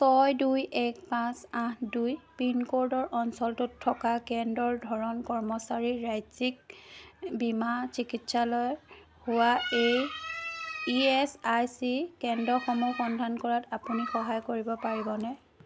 ছয় দুই এক পাঁচ আঠ দুই পিনক'ডৰ অঞ্চলটোত থকা কেন্দ্ৰৰ ধৰণ কৰ্মচাৰীৰ ৰাজ্যিক বীমা চিকিৎসালয় হোৱা এই ই এছ আই চি কেন্দ্ৰসমূহ সন্ধান কৰাত আপুনি সহায় কৰিব পাৰিবনে